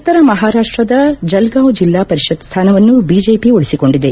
ಉತ್ತರ ಮಹಾರಾಷ್ಲದ ಜಲ್ಗಾಂವ್ ಜಿಲ್ಲಾ ಪರಿಷತ್ ಸ್ಥಾನವನ್ನು ಬಿಜೆಪಿ ಉಳಿಸಿಕೊಂಡಿದೆ